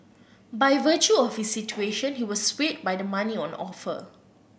by virtue of his situation he was swayed by the money on offer